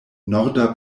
norda